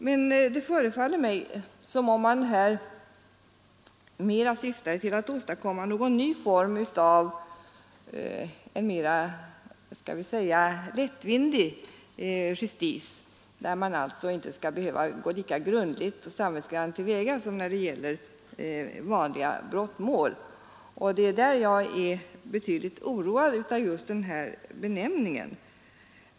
Men det förefaller mig som om reservanterna här mera syftade till att åstadkomma någon ny form av en mera skall vi säga lättvindig justis, där man alltså inte skall behöva gå lika grundligt och samvetsgrant till väga som när det gäller vanliga brottmål. Det är med hänsyn härtill jag är betydligt oroad av just den här benämningen.